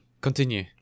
continue